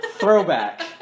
Throwback